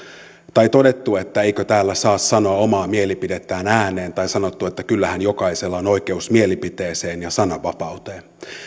todettu että eikö täällä saa sanoa omaa mielipidettään ääneen tai sanottu että kyllähän jokaisella on oikeus mielipiteeseen ja sananvapauteen